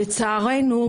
לצערנו,